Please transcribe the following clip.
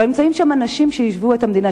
אבל נמצאים שם אנשים שיישבו את המדינה,